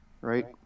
Right